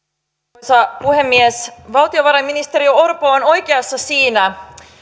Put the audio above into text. arvoisa puhemies valtiovarainministeri orpo on oikeassa siinä että